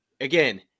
again